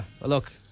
Look